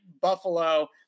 Buffalo